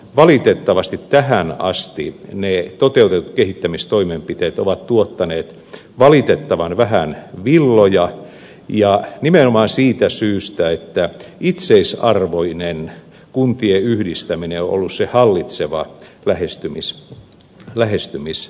valitettavasti tähän asti ne toteutetut kehittämistoimenpiteet ovat tuottaneet valitettavan vähän villoja ja nimenomaan siitä syystä että itseisarvoinen kuntien yhdistäminen on ollut se hallitseva lähestymistapa